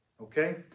Okay